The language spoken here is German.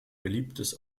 beliebtes